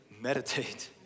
meditate